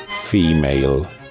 female